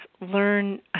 learn